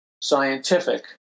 scientific